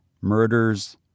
murders